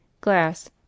glass